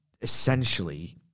essentially